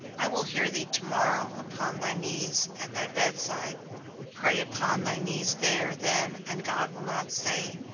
i will hear thee to-morrow upon thy knees, at thy bedside pray upon thy knees there then, and god will not say,